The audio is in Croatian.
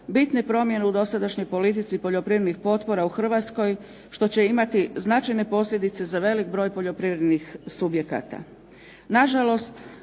bitne promjene u dosadašnjoj politici poljoprivrednih potpora u Hrvatskoj što će imati značajne posljedice za velik broj poljoprivrednih subjekata.